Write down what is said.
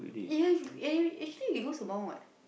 yeah eh actually you go Sembawang what